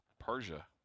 Persia